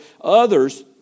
others